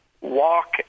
walk